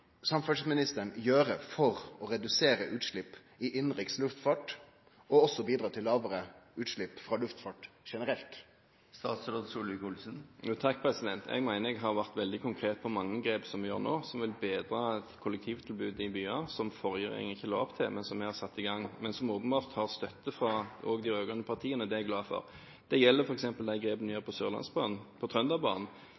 samferdselsministeren gjere for å redusere utslepp i innanriks luftfart og også bidra til lågare utslepp frå luftfart generelt? Jeg mener jeg har vært veldig konkret når det gjelder mange grep som vi gjør nå. Det er grep som vil bedre kollektivtilbudet i byer, som forrige regjering ikke la opp til, men som vi har satt i gang – som åpenbart har støtte også fra de rød-grønne partiene. Det er jeg glad for. Det gjelder f.eks. de grepene